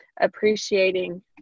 appreciating